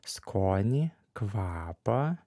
skonį kvapą